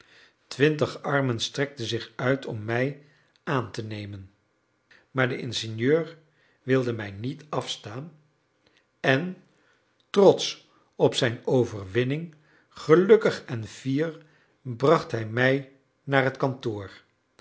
twintig armen strekten zich uit om mij aan te nemen maar de ingenieur wilde mij niet afstaan en trotsch op zijn overwinning gelukkig en fier bracht hij mij naar het kantoor